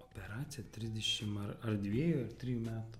operaciją trisdešim ar ar dviejų ar trijų metų